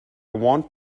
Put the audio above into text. want